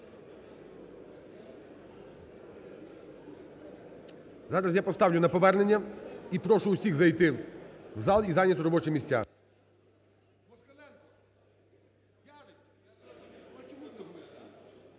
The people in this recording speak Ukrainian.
Зараз я поставлю на повернення і прошу усіх зайти в зал, і зайняти робочі місця.